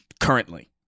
currently